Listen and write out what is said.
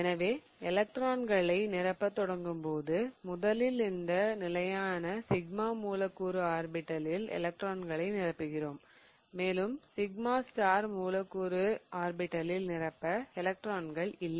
எனவே எலக்ட்ரான்களை நிரப்பத் தொடங்கும் போது முதலில் இந்த நிலையான σ மூலக்கூறு ஆர்பிடலில் எலக்ட்ரான்களை நிரப்புகிறோம் மேலும் σ மூலக்கூறு ஆர்பிடலில் நிரப்ப எலக்ட்ரான்கள் இல்லை